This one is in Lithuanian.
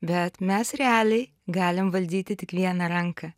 bet mes realiai galim valdyti tik vieną ranką